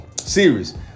series